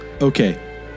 Okay